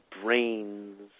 brains